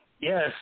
Yes